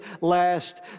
last